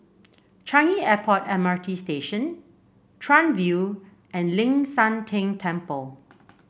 Changi Airport M R T Station Chuan View and Ling San Teng Temple